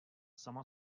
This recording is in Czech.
sama